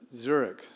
Zurich